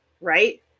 Right